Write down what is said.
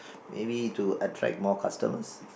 maybe to attract more customers